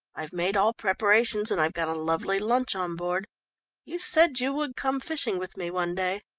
i've made all preparations and i've got a lovely lunch on board you said you would come fishing with me one day.